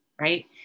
right